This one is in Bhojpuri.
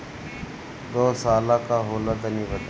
गौवशाला का होला तनी बताई?